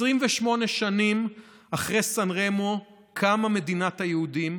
28 שנים אחרי סן רמו קמה מדינת היהודים